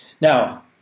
now